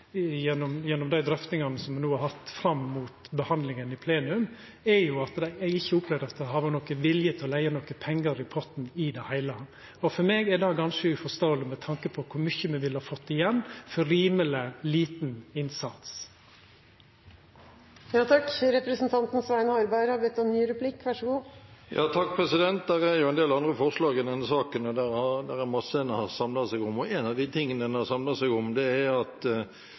gjennom dei drøftingane som me no har hatt fram mot behandlinga i plenum, er at eg ikkje opplever at det har vore nokon vilje til å leggja nokre pengar i potten i det heile. For meg er det ganske uforståeleg med tanke på kor mykje me ville ha fått igjen for rimeleg liten innsats. Det er jo en del andre forslag i denne saken som massene har samlet seg om, og en av de tingene man har samlet seg om, er at